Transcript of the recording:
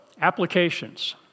Applications